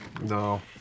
No